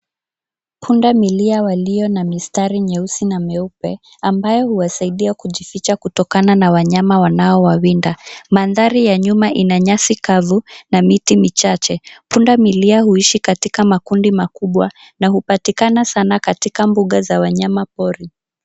Punda milia walio na mistari nyeusi na meupe ambayo huwasaidia kujificha kutokana na wanyama wanao wawinda. Mandhari ya nyuma ina nyasi kavu na miti michache. Punda milia huishi katika makundi makubwa na hupatikana sana katika mbuga za wanyama pori.